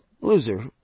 loser